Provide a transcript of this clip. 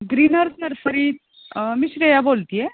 green earth nursery मी श्रेया बोलते आहे